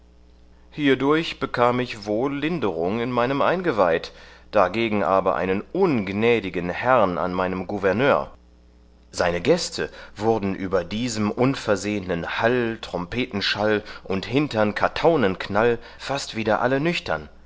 hierdurch bekam ich wohl linderung in meinem eingeweid dargegen aber einen ungnädigen herrn an meinem gouverneur seine gäste wurden über diesem unversehenen hall trompetenschall und hintern kartaunenknall fast wieder alle nüchtern